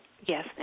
Yes